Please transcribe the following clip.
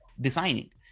designing